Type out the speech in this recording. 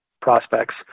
prospects